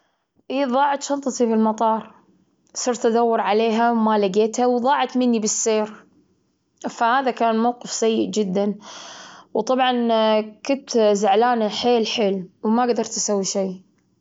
أي، مرة فزت بجائزة ما كنت أتوقعها، وما كنت أصلاً توقعت أن أنا أقدر أفوز، أو أن أنا أقدر أسوي تشذي. لكن أنا فزت بالجائزة، وكنت مبسوط جدا.